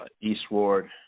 Eastward